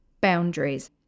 boundaries